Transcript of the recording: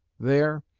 there,